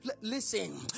Listen